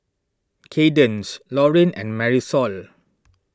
Cadence Lauryn and Marisol